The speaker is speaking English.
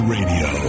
Radio